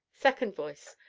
second voice.